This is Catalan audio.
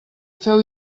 feu